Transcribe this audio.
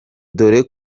dore